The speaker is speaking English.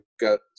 got